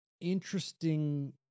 interesting